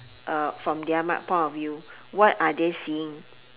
uh from their mind point of view what are they seeing